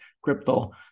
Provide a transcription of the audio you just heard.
crypto